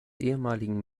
ehemaligen